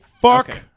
fuck